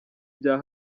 bya